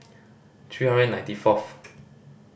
three hundred ninety fourth